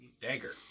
Dagger